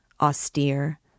austere